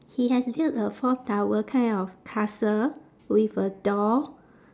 he has build a four tower kind of castle with a door